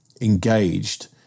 engaged